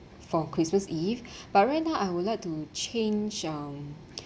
for christmas eve but right now I would like to change um